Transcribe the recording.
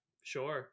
Sure